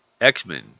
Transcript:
X-Men